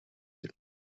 ирнэ